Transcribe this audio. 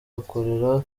ukorera